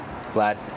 Vlad